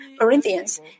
Corinthians